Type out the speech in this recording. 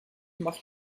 mag